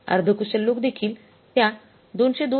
अर्ध कुशल लोक देखील त्या 202